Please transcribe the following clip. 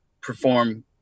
perform